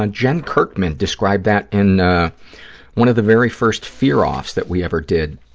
ah jen kirkman described that in one of the very first fear-offs that we ever did.